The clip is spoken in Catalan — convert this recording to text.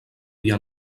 dia